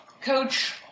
Coach